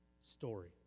story